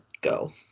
go